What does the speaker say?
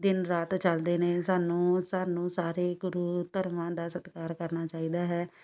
ਦਿਨ ਰਾਤ ਚੱਲਦੇ ਨੇ ਸਾਨੂੰ ਸਾਨੂੰ ਸਾਰੇ ਗੁਰੂ ਧਰਮਾਂ ਦਾ ਸਤਿਕਾਰ ਕਰਨਾ ਚਾਹੀਦਾ ਹੈ